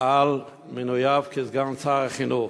על מינויו לסגן שר החינוך.